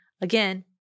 again